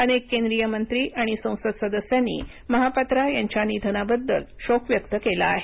अनेक केंद्रीय मंत्री आणि संसद सदस्यांनी महापात्रा यांच्या निधना बद्दल शोक व्यक्त केला आहे